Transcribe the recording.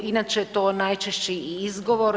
Inače je to najčešće i izgovor.